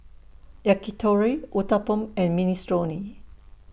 Yakitori Uthapam and Minestrone